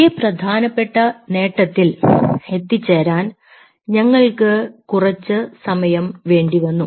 ഈ പ്രധാനപ്പെട്ട നേട്ടത്തിൽ എത്തിച്ചേരാൻ ഞങ്ങൾക്ക് കുറച്ച് സമയം വേണ്ടി വന്നു